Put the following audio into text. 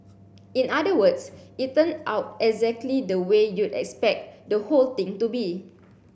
in other words it turned out exactly the way you'd expect the whole thing to be